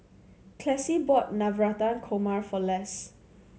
Classie bought Navratan Korma for Les